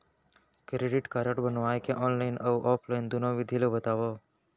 Credit card बनवाए के online अऊ ऑफलाइन दुनो विधि ला बतावव?